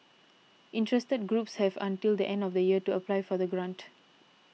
interested groups have until the end of the year to apply for the grant